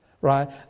right